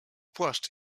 płaszcz